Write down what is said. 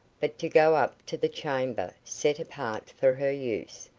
but to go up to the chamber set apart for her use,